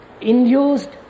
Induced